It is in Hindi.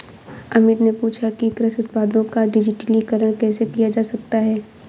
अमित ने पूछा कि कृषि उत्पादों का डिजिटलीकरण कैसे किया जा सकता है?